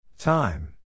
Time